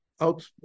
out